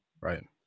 Right